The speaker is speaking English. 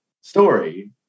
story